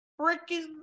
freaking